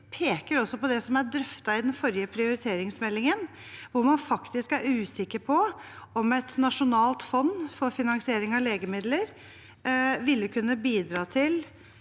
Vi peker også på det som er drøftet i den forrige prioriteringsmeldingen, hvor man faktisk er usikker på om et nasjonalt fond for finansiering av legemidler vil kunne bidra til